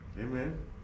Amen